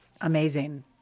amazing